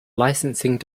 licensing